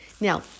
Now